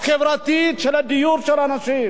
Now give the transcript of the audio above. מה שאנחנו רואים,